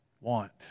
want